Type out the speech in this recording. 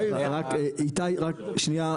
איתי רק שניה,